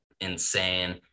insane